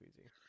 easy